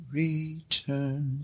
return